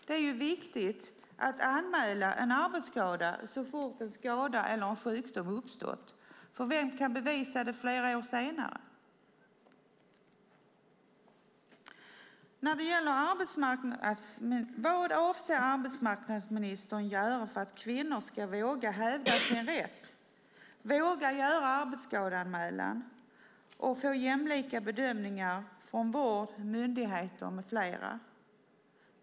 Det är viktigt att anmäla en arbetsskada så fort en skada eller en sjukdom uppstått, för vem kan bevisa det flera år senare? Vad avser arbetsmarknadsministern att göra för att kvinnor ska våga hävda sin rätt, våga göra arbetsskadeanmälan och få jämlika bedömningar från vård, myndigheter med flera?